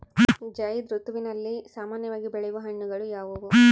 ಝೈಧ್ ಋತುವಿನಲ್ಲಿ ಸಾಮಾನ್ಯವಾಗಿ ಬೆಳೆಯುವ ಹಣ್ಣುಗಳು ಯಾವುವು?